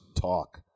talk